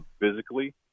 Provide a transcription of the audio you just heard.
physically